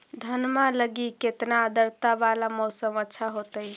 धनमा लगी केतना आद्रता वाला मौसम अच्छा होतई?